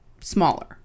smaller